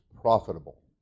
profitable